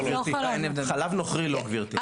לא, חלב נוכרי לא, גברתי.